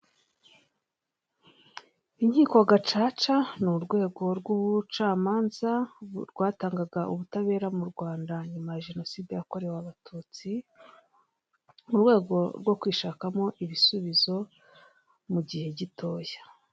inkiko gacaca ni urwego rwubucamanza rwatanganga ubutabera mu rwanda nyuma ya genocide yakorewe abatutsi murwego rwo kwishakamo ibisubizo mugihe gitoya